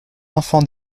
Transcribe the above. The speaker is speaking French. enfant